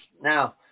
Now